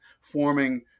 forming